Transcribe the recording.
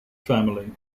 family